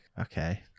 okay